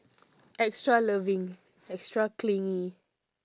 extra loving extra clingy